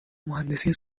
مهندسی